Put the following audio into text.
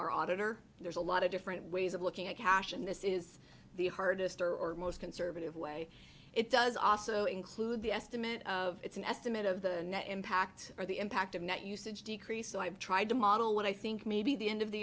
our auditor there's a lot of different ways of looking at cash in this is the hardest or most conservative way it does also include the estimate of it's an estimate of the net impact or the impact of net usage decrease so i've tried to model what i think may be the end of the